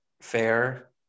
fair